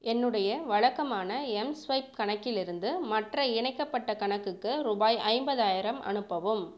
என்னுடைய வழக்கமான எம்ஸ்வைப் கணக்கிலிருந்து மற்ற இணைக்கப்பட்ட கணக்குக்கு ரூபாய் ஐம்பதாயிரம் அனுப்பவும்